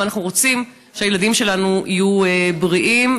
ואנחנו רוצים שהילדים שלנו יהיו בריאים.